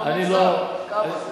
תגיד, במגזר, כמה זה?